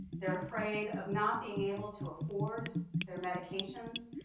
they're afraid of not being able to afford their medications.